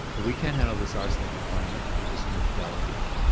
we can't handle this arsenic requirement. we're just gonna delegate it.